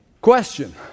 Question